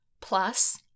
plus